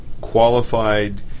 qualified